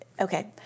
Okay